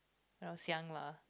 when I was young lah